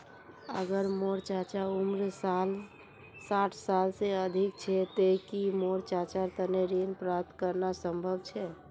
अगर मोर चाचा उम्र साठ साल से अधिक छे ते कि मोर चाचार तने ऋण प्राप्त करना संभव छे?